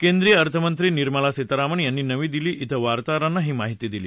केंद्रीय अर्थमंत्री निर्मला सीतारामन यांनी नवी दिल्ली क्रिं वार्ताहरांना ही माहिती दिली